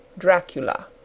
Dracula